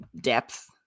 Depth